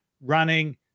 running